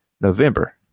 November